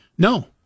No